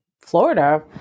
Florida